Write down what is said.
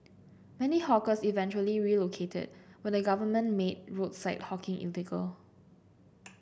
many hawkers eventually relocated when the government made roadside hawking illegal